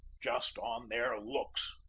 just on their looks.